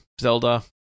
Zelda